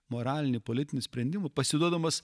moralinį politinį sprendimą pasiduodamas